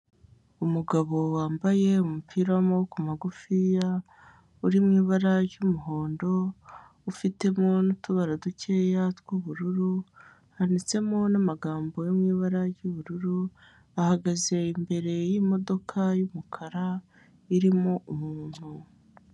Umugabo wambaye umupira w'amaboko magufiya, uri mu ibara ry'umuhondo, ufitemo n'utubara dukeya tw'ubururu, hananditsemo n'amagambo yo mu ibara ry'ubururu, ahagaze imbere y'imodoka y'umukara irimo umuntu.